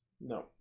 No